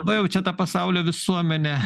na jau čia ta pasaulio visuomenė